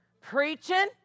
preaching